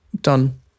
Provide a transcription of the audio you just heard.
done